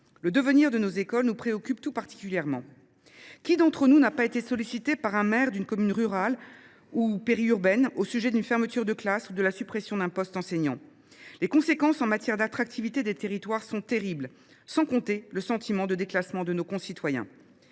Le devenir de nos écoles nous préoccupe tout particulièrement. Qui parmi nous n’a pas été sollicité par un maire d’une commune rurale ou périurbaine au sujet d’une fermeture de classe ou de la suppression d’un poste d’enseignant ? Les conséquences de ces suppressions sur l’attractivité des territoires sont terribles, sans compter le sentiment de déclassement qu’elles peuvent